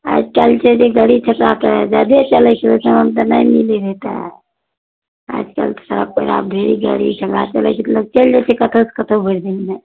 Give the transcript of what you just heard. आइ काल्हि छै जे गाड़ी फट्टा तऽ जादे चलय छै ओहिठाम तऽ नहि मिलय रहय तैं आजकल तऽ सड़कपर आब ढेरी गाड़ी ठेला चलय छै तऽ लोग चलि जाइ छै कतहुसँ कतहु भरि दिनमे